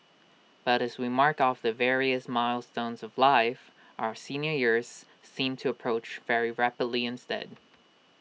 but as we mark off the various milestones of life our senior years seem to approach very rapidly ins deed